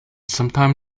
sometime